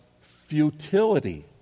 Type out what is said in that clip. futility